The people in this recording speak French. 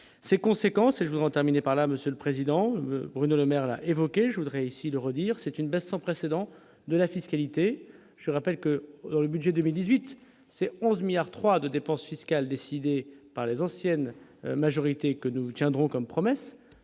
ses conséquences et je voudrais en terminer par là, Monsieur le Président, Bruno Le Maire l'a évoqué, je voudrais essayer de redire, c'est une baisse sans précédent de la fiscalité, je rappelle que dans le budget 2018 c'est 11 milliards 3 de dépenses fiscales décidées par les anciennes majorité que nous tiendrons comme promesse